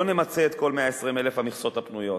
לא נמצה את כל 120,000 המכסות הפנויות,